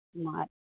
मार्